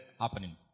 happening